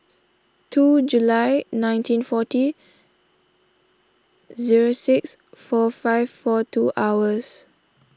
two July nineteen forty zero six four five four two hours